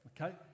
okay